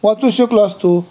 वाचू शकलो असतो